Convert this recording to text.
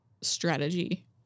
strategy